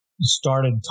started